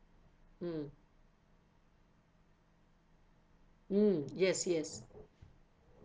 mm mm yes yes